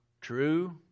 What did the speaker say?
true